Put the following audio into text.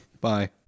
bye